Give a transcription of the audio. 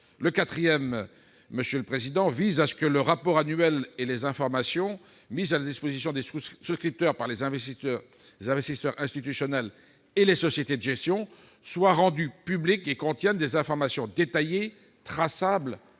Le sous-amendement n° 460 rectifié prévoit que le rapport annuel et les informations mis à la disposition des souscripteurs par les investisseurs institutionnels et les sociétés de gestion soient rendus publics, et contiennent des informations détaillées traçables